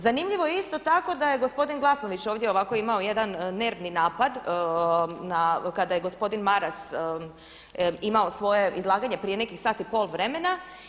Zanimljivo je isto tako da je gospodin Glasnović ovdje ovako imao jedan nervni napad kada je gospodin Maras imao svoje izlaganje prije nekih sat i pol vremena.